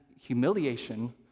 humiliation